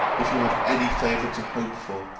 if you have any favour to hope for,